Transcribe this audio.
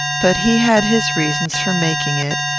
but he had his reasons for making it,